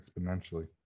exponentially